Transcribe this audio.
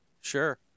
sure